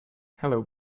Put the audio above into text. hello